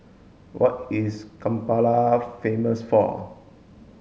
what is Kampala famous for